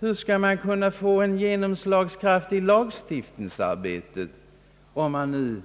Hur skall man kunna få genomslagskraft i lagstiftningsarbetet, om man nu